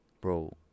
bro